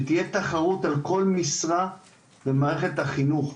שתהיה תחרות על כל משרה במערכת החינוך.